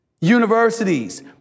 universities